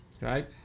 Right